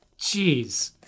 Jeez